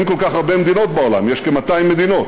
אין כל כך הרבה מדינות בעולם, יש כ-200 מדינות.